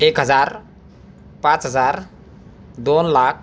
एक हजार पाच हजार दोन लाख